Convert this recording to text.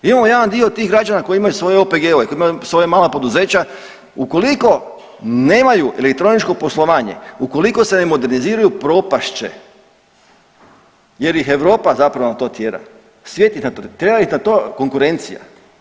Imamo jedan dio tih građana koji imaju svoje OPG-ove koji imaju svoja mala poduzeća, ukoliko nemaju elektroničko poslovanje ukoliko se ne moderniziraju propast će jer ih Europa zapravo na to tjera, svijet ih na to tjera, tjera ih na to konkurencija.